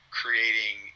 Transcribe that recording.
creating